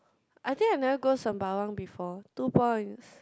I think I never go sembawang before two points